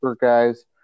guys